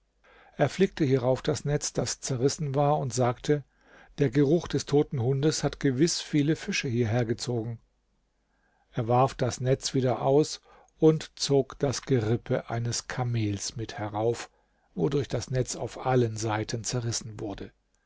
er flickte hierauf das netz das zerrissen war und sagte der geruch dieses toten hundes hat gewiß viele fische hierhergezogen er warf das netz wieder aus und zog das gerippe eines kamels mit herauf wodurch das netz auf allen seiten zerrissen wurde